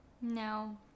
No